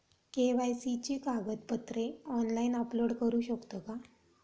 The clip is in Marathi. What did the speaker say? के.वाय.सी ची कागदपत्रे ऑनलाइन अपलोड करू शकतो का?